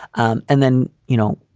um and then, you know,